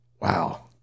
Wow